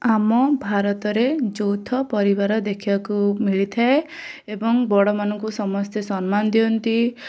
ଆମ ଭାରତରେ ଯୌଥ ପରିବାର ଦେଖିବାକୁ ମିଳିଥାଏ ଏବଂ ବଡ଼ମାନଙ୍କୁ ସମସ୍ତେ ସମ୍ମାନ ଦିଅନ୍ତି